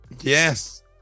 Yes